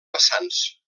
vessants